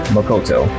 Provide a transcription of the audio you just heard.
Makoto